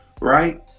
right